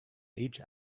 each